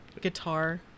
guitar